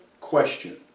question